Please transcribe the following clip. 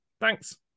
Thanks